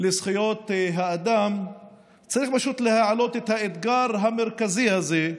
לזכויות האדם צריך פשוט להעלות את האתגר המרכזי הזה,